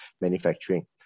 manufacturing